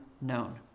known